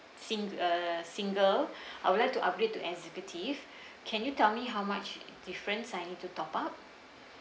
sing~ uh single I would like to upgrade to executive can you tell me how much difference I need to top up